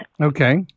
Okay